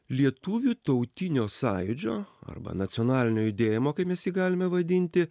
lietuvių tautinio sąjūdžio arba nacionalinio judėjimo kaip mes jį galime vadinti